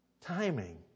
timing